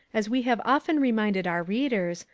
as we have often reminded our readers,